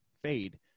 Fade